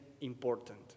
important